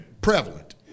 prevalent